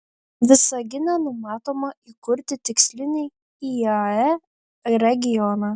visagine numatoma įkurti tikslinį iae regioną